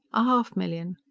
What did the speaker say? a half-million.